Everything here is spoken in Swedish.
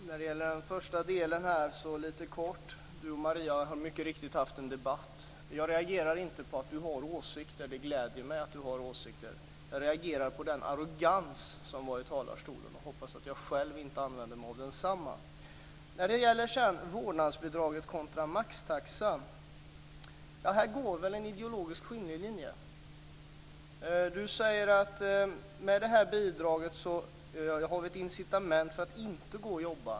Fru talman! När det gäller den första delen så har Martin Nilsson och Maria Larsson mycket riktigt haft en debatt. Jag reagerar inte på att Martin Nilsson har åsikter. Det gläder mig att han har åsikter. Jag reagerar på den arrogans som han visade i talarstolen och hoppas att jag själv inte använder mig av densamma. När det gäller vårdnadsbidraget kontra maxtaxan så finns det väl en ideologisk skiljelinje i detta sammanhang. Martin Nilsson säger att med detta bidrag så har man ett incitament för att inte gå och jobba.